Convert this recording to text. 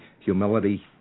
humility